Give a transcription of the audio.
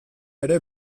ere